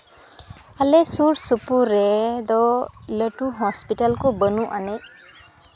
ᱟᱞᱮ ᱥᱩᱨ ᱥᱩᱯᱩᱨ ᱨᱮᱫᱚ ᱞᱟᱹᱴᱩ ᱦᱚᱥᱯᱤᱴᱟᱞ ᱠᱚ ᱵᱟᱹᱱᱩᱜ ᱟᱹᱱᱤᱡ